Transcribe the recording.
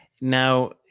Now